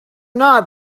not